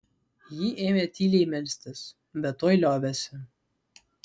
ji ėmė tyliai melstis bet tuoj liovėsi